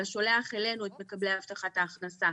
אלא שולח אלינו את מקבלי הבטחת ההכנסה